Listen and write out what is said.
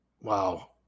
Wow